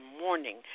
morning